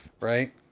Right